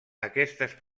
aquestes